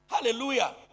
Hallelujah